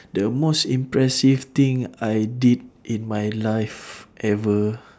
the most impressive thing I did in my life ever